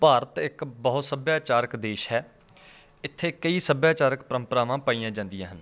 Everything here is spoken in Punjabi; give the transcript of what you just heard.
ਭਾਰਤ ਇੱਕ ਬਹੁਤ ਸੱਭਿਆਚਾਰਕ ਦੇਸ਼ ਹੈ ਇੱਥੇ ਕਈ ਸੱਭਿਆਚਾਰਕ ਪਰੰਪਰਾਵਾਂ ਪਾਈਆਂ ਜਾਂਦੀਆਂ ਹਨ